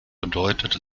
bedeutet